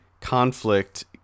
conflict